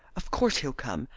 of course he'll come.